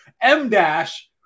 M-dash